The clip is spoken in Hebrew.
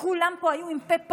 כולם פה היו בפה פעור,